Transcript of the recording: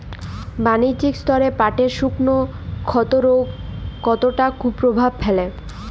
বাণিজ্যিক স্তরে পাটের শুকনো ক্ষতরোগ কতটা কুপ্রভাব ফেলে?